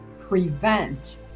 prevent